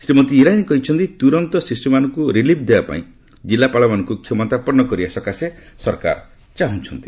ଶ୍ରୀମତୀ ଇରାନୀ କହିଛନ୍ତି ତୁରନ୍ତ ଶିଶୁମାନଙ୍କୁ ରିଲିଭ୍ ଦେବାପାଇଁ ଜିଲ୍ଲାପାଳମାନଙ୍କୁ କ୍ଷମତାପନ୍ନ କରିବା ପାଇଁ ସରକାର ଚାହୁଁଛନ୍ତି